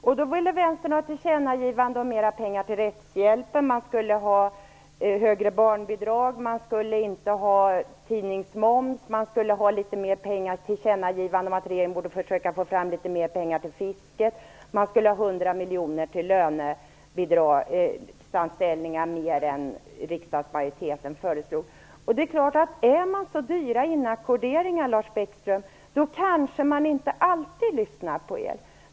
I dessa ville Vänstern ha tillkännagivanden om mer pengar till rättshjälpen, högre barnbidrag, ingen tidningsmoms, ett tillkännagivande om att regeringen borde försöka få fram mer pengar till fisket och 100 miljoner till lönebidragsanställningar utöver riksdagsmajoritetens förslag. När ni nu är så dyra inackorderingar, Lars Bäckström, kanske vi inte alltid lyssnar på er.